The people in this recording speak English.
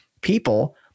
people